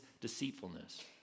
deceitfulness